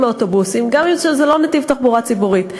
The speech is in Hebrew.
מאוטובוסים גם כשזה לא בנתיב תחבורה ציבורית.